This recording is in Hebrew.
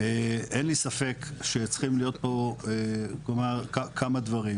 אין לי ספק שצריכים להיות פה כמה דברים,